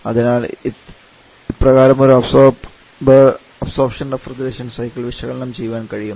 അതിനാൽ ഇപ്രകാരമൊരു absorption refrigeration cycle വിശകലനം ചെയ്യാൻ കഴിയും